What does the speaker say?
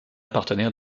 partenaire